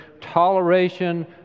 toleration